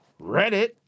Reddit